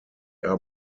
are